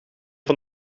van